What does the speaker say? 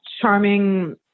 charming